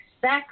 Sex